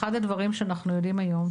אחד הדברים שאנחנו יודעים היום,